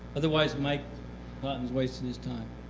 otherwise mike but and wasting his time.